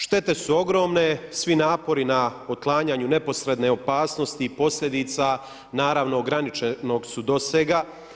Štete su ogromne, svi napori na otklanjanju neposredne opasnosti i posljedica naravno graničenog su dosega.